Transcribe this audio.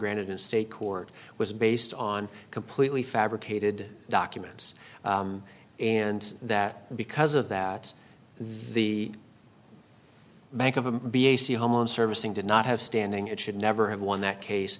granite in state court was based on completely fabricated documents and that because of that the bank of a home on servicing did not have standing it should never have won that case